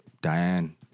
Diane